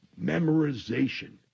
memorization